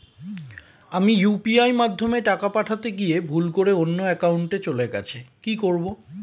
আমি ইউ.পি.আই মাধ্যমে টাকা পাঠাতে গিয়ে ভুল করে অন্য একাউন্টে চলে গেছে কি করব?